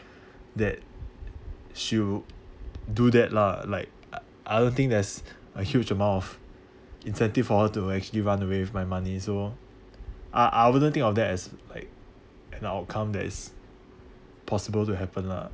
that she would do that lah like I I don't think there's a huge amount of incentive for her to actually run away with my money so I I wouldn't think of that as like an outcome that is possible to happen lah